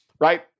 right